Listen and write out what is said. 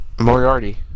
Moriarty